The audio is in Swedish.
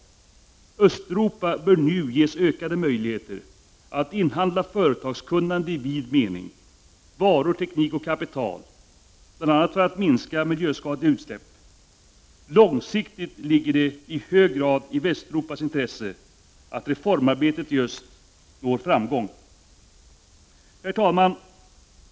Östeuropa bör nu ges ökade möjligheter att inhandla företagskunnande i vid mening — varor, teknik och kapital — bl.a. för att minska miljöskadliga utsläpp. På lång sikt ligger det också i hög grad i Västeuropas intresse att reformarbetet i öst når framgång.